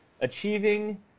achieving